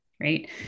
right